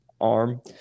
arm